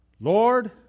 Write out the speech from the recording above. Lord